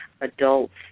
adults